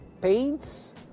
paints